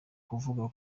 kuvuga